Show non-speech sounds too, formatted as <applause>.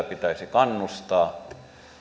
<unintelligible> pitäisi kannustaa